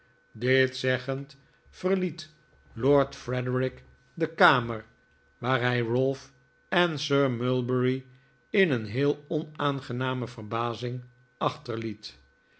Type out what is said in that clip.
dit zeggend verliet lord frederik de kamer waar hij ralph en sir mulberry in een heel onaangename verbazing achterliet